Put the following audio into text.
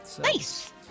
Nice